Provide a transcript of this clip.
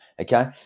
okay